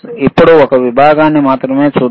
ఇప్పుడు ఒక విభాగాన్ని మాత్రమే చూద్దాం